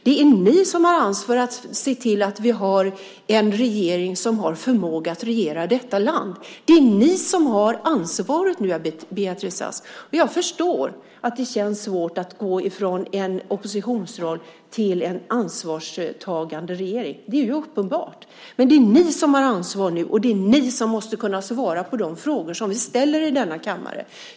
Det är ni som har ansvar för att vi har en regering som har förmågan att regera detta land. Det är ni som har ansvaret nu, Beatrice Ask. Jag förstår att det känns svårt att gå från oppositionsrollen till att vara en ansvarstagande regering, det är uppenbart, men det är ni som har ansvaret nu, och det är ni som måste kunna svara på de frågor som vi ställer i denna kammare.